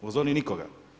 U zoni nikoga.